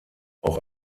auch